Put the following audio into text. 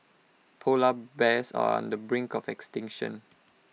Polar Bears are on the brink of extinction